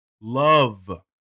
love